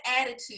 attitude